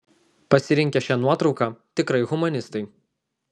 pasirinkę šią nuotrauką tikrai humanistai